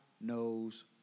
knows